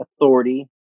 authority